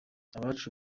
abacu